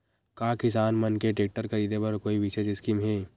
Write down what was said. का किसान मन के टेक्टर ख़रीदे बर कोई विशेष स्कीम हे?